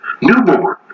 newborn